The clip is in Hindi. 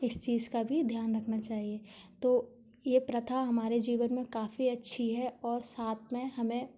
इस चीज का भी ध्यान रखना चाहिए तो यह प्रथा हमारे जीवन में काफ़ी अच्छी है और साथ में हमें